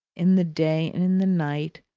in the day and in the night,